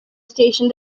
station